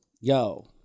Yo